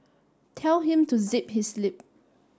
tell him to zip his lip